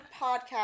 podcast